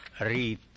read